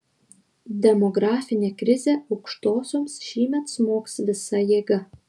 demografinė krizė aukštosioms šįmet smogs visa jėga